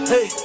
Hey